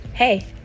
Hey